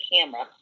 camera